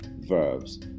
verbs